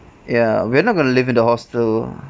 ya we're not going to live in the hostel